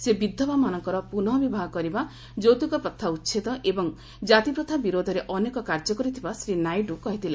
ସେ ବିଧବା ମାନଙ୍କର ପୁନଃ ବିବାହ କରିବା ଯୌତୃକ ପ୍ରଥା ଉଚ୍ଛେଦ ଏବଂ କାତିପ୍ରଥା ବିରୋଧରେ ଅନେକ କାର୍ଯ୍ୟ କରିଥିବା ଶ୍ରୀ ନାଇଡୁ କହିଥିଲେ